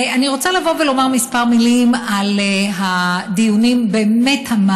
אני רוצה לבוא ולומר כמה מילים על הדיונים הבאמת-מעמיקים,